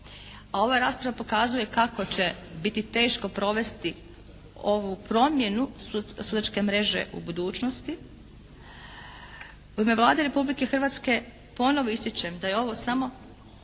a ova rasprava pokazuje kako će biti teško provesti ovu promjenu sudačke mreže u budućnosti, u ime Vlade Republike Hrvatske ponovo ističem da je ovo samo